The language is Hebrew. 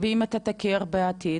ואם אתה תכיר בעתיד?